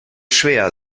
schwer